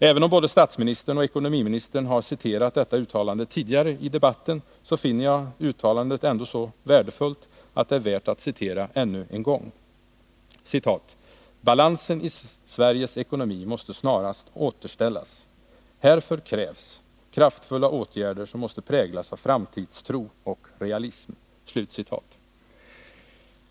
Även om både statsministern och ekonomiministern har citerat detta uttalande tidigare i debatten finner jag det så värdefullt att det bör återges ännu en gång: Balansen i Sveriges ekonomi måste snarast återställas. Härför krävs kraftfulla åtgärder som måste präglas av framtidstro och realism.